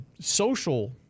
social